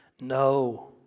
No